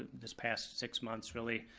this past six months really,